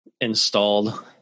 installed